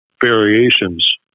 variations